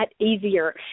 easier